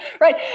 right